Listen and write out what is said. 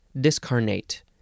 discarnate